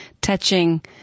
touching